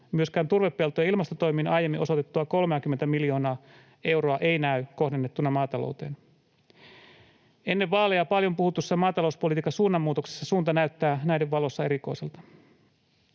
Myöskään turvepeltojen ilmastotoimiin aiemmin osoitettua 30:tä miljoonaa euroa ei näy kohdennettuna maatalouteen. Ennen vaaleja paljon puhutussa maatalouspolitiikan suunnanmuutoksessa suunta näyttää näiden valossa erikoiselta.